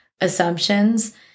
assumptions